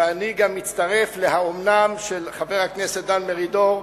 ואני גם מצטרף ל"האומנם" של חבר הכנסת דן מרידור,